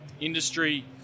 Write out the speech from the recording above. industry